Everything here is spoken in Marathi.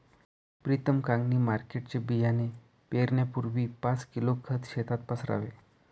प्रीतम कांगणी मार्केटचे बियाणे पेरण्यापूर्वी पाच किलो खत शेतात पसरावे